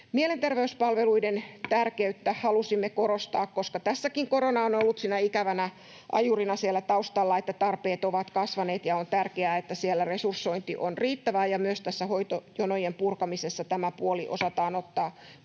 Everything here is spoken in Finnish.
Mielenterveyspalveluiden tärkeyttä halusimme korostaa, koska tässäkin korona on ollut ikävänä ajurina siellä taustalla, että tarpeet ovat kasvaneet, ja on tärkeää, että siellä resursointi on riittävää ja myös hoitojonojen purkamisessa tämä puoli osataan ottaa huomioon.